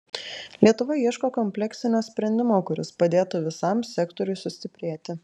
lietuva ieško kompleksinio sprendimo kuris padėtų visam sektoriui sustiprėti